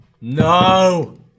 No